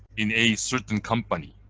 in a certain company,